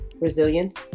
resilience